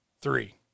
Three